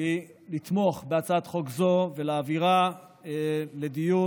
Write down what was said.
היא לתמוך בהצעת חוק זו ולהעבירה לדיון